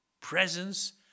presence